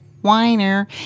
whiner